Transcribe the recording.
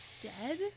dead